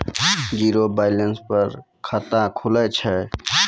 Zero balance पर खाता खुले छै?